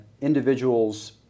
individuals